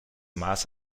maß